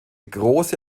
große